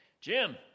Jim